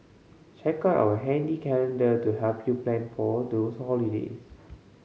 check out our handy calendar to help you plan for those holidays